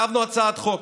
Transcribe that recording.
כתבנו הצעת חוק,